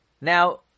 Now